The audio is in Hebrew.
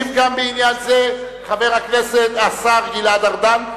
ישיב גם בעניין זה השר גלעד ארדן,